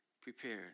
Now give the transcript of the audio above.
prepared